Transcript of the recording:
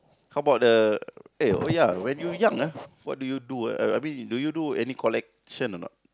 how about the eh oh ya when you young ah what do you do ah I mean do you do any collection or not